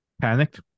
Panicked